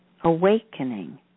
awakening